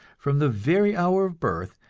from the very hour of birth,